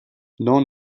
non